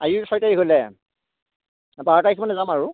আজিটো ছয় তাৰিখ হ'লেই বাৰ তাৰিখ মানে যাম আৰু